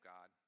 God